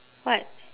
what